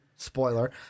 Spoiler